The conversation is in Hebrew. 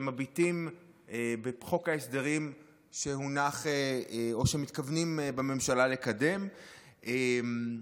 כשמביטים בחוק ההסדרים שמתכוונים לקדם בממשלה.